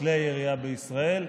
כלי הירייה בישראל,